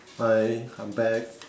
hi I'm back